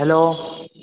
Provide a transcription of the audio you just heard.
hello